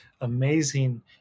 amazing